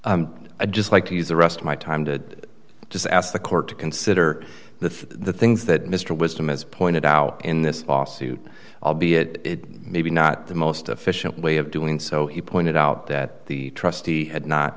i'd just like to use the rest of my time to just ask the court to consider the the things that mr wisdom has pointed out in this lawsuit albeit maybe not the most efficient way of doing so he pointed out that the trustee had not